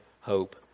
hope